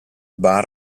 bar